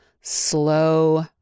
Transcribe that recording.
slow